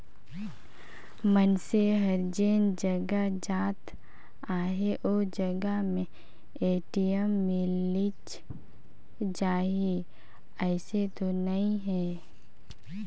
मइनसे हर जेन जघा जात अहे ओ जघा में ए.टी.एम मिलिच जाही अइसन तो नइ हे